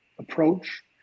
approach